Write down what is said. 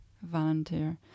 volunteer